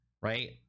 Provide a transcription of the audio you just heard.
right